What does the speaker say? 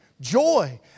Joy